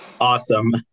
awesome